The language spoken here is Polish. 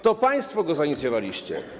To państwo go zainicjowaliście.